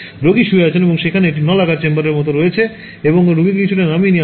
সুতরাং রোগী শুয়ে আছেন এবং সেখানে একটি নলাকার চেম্বারের মতো রয়েছে এবং এতে রোগীকে কিছুটা নামিয়ে আনা হয়